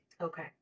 Okay